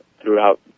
throughout